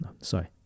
Sorry